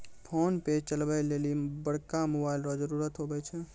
PhonePe चलबै लेली बड़का मोबाइल रो जरुरत हुवै छै